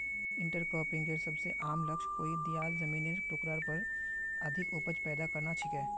इंटरक्रॉपिंगेर सबस आम लक्ष्य कोई दियाल जमिनेर टुकरार पर अधिक उपज पैदा करना छिके